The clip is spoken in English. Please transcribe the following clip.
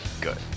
good